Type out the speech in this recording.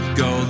go